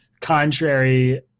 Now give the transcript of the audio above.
contrary